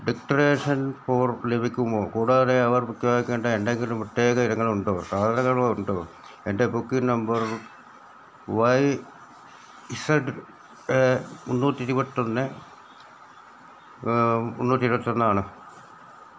declaration form ലഭിക്കുമോ കൂടാതെ അവർ എന്തെങ്കിലും പ്രത്യേക ഇനങ്ങളുണ്ടോ സാധനങ്ങളുണ്ടോ എൻറ്റെ booking number Y Z A മുന്നൂറ്റി ഇരുപത്തൊന്ന് ആണ് മുന്നൂറ്റി ഇരുപത്തൊന്നാണ്